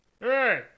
Hey